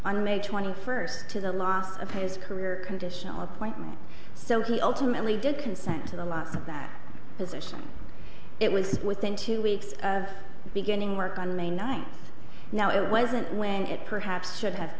on may twenty first to the last of his career conditional appointment so he ultimately did consent to the law that position it was within two weeks of beginning work on may ninth now it wasn't when it perhaps should have